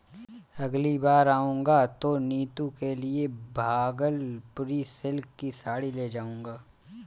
अगली बार आऊंगा तो नीतू के लिए भागलपुरी सिल्क की साड़ी ले जाऊंगा